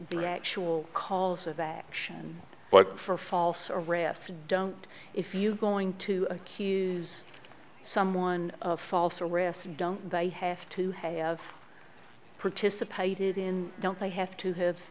the actual calls of action but for false arrest don't if you're going to accuse someone of false arrest don't they have to have participated in don't they have to have